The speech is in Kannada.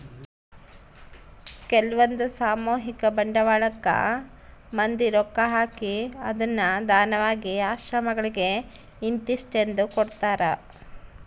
ಕೆಲ್ವಂದು ಸಾಮೂಹಿಕ ಬಂಡವಾಳಕ್ಕ ಮಂದಿ ರೊಕ್ಕ ಹಾಕಿ ಅದ್ನ ದಾನವಾಗಿ ಆಶ್ರಮಗಳಿಗೆ ಇಂತಿಸ್ಟೆಂದು ಕೊಡ್ತರಾ